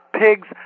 pigs